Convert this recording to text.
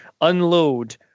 unload